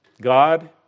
God